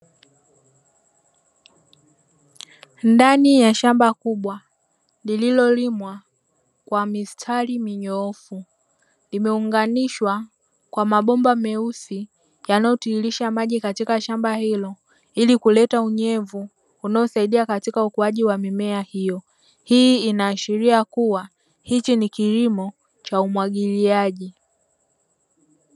Ndani ya shamba kubwa, lililolimwa kwa mistari minyoofu, limeunganishwa kwa mabomba meusi yanayotililisha maji katika shamba hilo, hili kuleta unyevu unaosaidia katika ukuaji wa mimea hiyo, hii inaashilia kuwa hichi kilimo cha umwagiliaji.